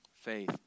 faith